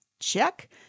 check